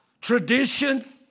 tradition